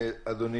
אדוני,